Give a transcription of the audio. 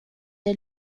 der